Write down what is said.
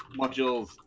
modules